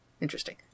Interesting